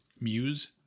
muse